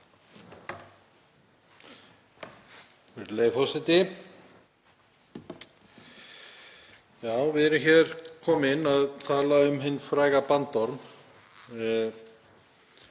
Við erum hér komin að tala um hinn fræga bandorm